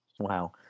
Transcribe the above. Wow